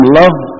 love